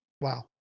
Wow